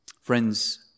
Friends